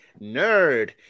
nerd